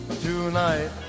tonight